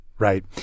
Right